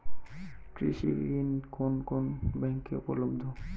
কৃষি ঋণ কোন কোন ব্যাংকে উপলব্ধ?